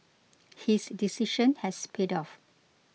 his decision has paid off